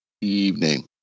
evening